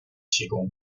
提供